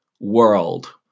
world